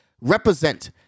Represent